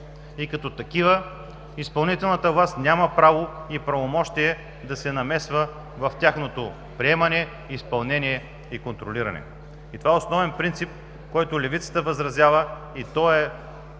и като такива изпълнителната власт няма право и правомощия да се намесва в тяхното приемане, изпълнение и контролиране. Това е основен принцип, срещу който левицата възразява. Той